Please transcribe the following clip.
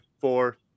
four